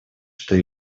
что